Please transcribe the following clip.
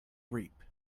reap